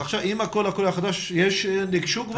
עם הקול הקורא החדש, ניגשו כבר?